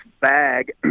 bag